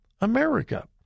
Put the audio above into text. America